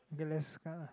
okay next card ah